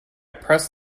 pressed